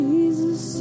Jesus